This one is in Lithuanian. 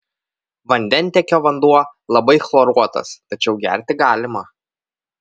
vandentiekio vanduo labai chloruotas tačiau gerti galima